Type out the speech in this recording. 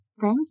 Thank